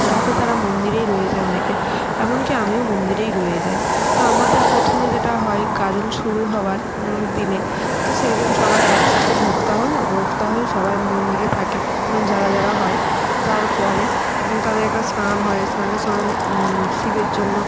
রাতে তারা মন্দিরেই রয়ে যায় অনেকে এমনকি আমিও মন্দিরেই রয়ে যাই তা আমাদের প্রথমে যেটা হয় গাজন শুরু হবার দিনে তো সেই দিন সবাই একসাথে ভোক্তা হলো ভোক্তা হয়ে সবাই মন্দিরে থাকে যারা যারা হয় তার পরে তাদের একটা স্নান হয় স্নানের সময় শিবের জন্য